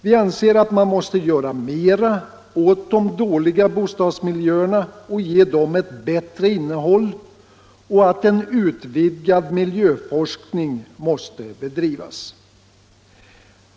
Vi anser att man måste göra mera för att ge de dåliga bostadsmiljöerna ett bättre innehåll och att en utvidgad miljöforskning måste bedrivas.